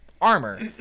armor